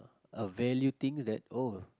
a value thing that oh